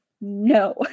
no